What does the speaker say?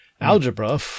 algebra